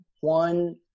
One